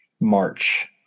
March